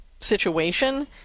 situation